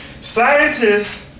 Scientists